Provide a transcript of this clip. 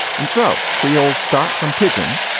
and so creoles start from pigeon's,